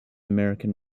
american